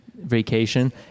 vacation